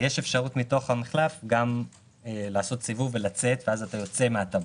ויש אפשרות מתוך המחלף גם לעשות סיבוב ולצאת מן הטבעת.